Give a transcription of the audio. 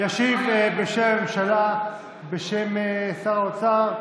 ישיב בשם הממשלה, בשם שר האוצר,